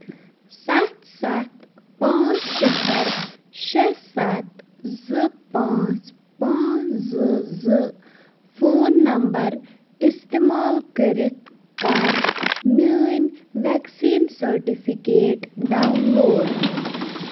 سَتھ سَتھ پانٛژھ سِفَر شےٚ سَتھ زٕ پانٛژھ پانٛژھ زٕ زٕ فون نمبر استعمال کٔرِتھ کر میٛٲنۍ وٮ۪کسیٖن سٔٹِفکیٹ ڈاوُن لوڈ